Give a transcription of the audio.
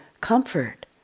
comfort